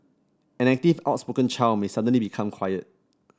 an active outspoken child may suddenly become quiet